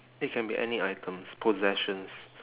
it can be any items possessions